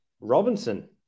Robinson